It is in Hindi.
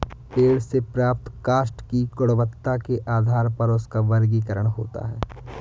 पेड़ से प्राप्त काष्ठ की गुणवत्ता के आधार पर उसका वर्गीकरण होता है